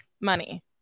money